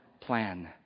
plan